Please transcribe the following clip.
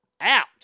out